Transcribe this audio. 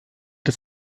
das